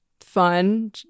fun